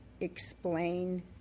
explain